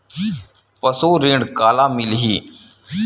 पशु ऋण काला मिलही?